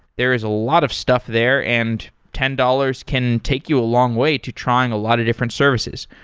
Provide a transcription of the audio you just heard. there is a lot of stuff there, and ten dollars can take you a long way to trying a lot of different services.